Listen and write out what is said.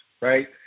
right